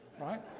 Right